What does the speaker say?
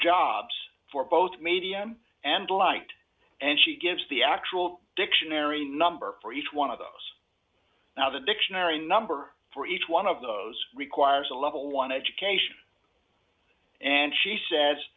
jobs for both medium and light and she gives the actual dictionary number for each one of those now the dictionary number for each one of those requires a level one education and she says